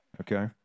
Okay